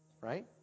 Right